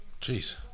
Jeez